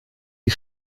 die